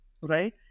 right